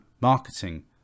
marketing